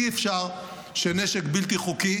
אי-אפשר שנשק בלתי-חוקי